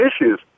issues